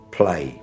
play